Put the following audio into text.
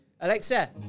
Alexa